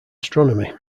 astronomy